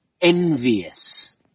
envious